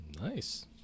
Nice